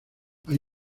hay